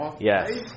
Yes